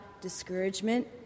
discouragement